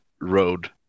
road